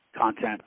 content